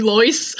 Lois